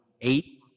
Eight